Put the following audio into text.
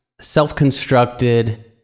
self-constructed